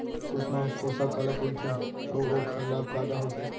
सुषमा पोसक काला कइथे अऊ ओखर लाभ का का होथे?